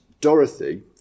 Dorothy